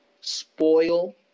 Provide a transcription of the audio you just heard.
spoil